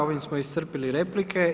Ovim smo iscrpili replike.